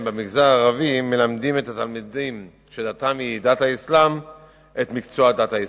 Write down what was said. במגזר הערבי מלמדים את התלמידים שדתם היא דת האסלאם את מקצוע דת האסלאם.